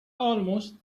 almost